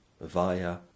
via